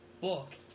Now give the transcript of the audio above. book